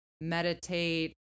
meditate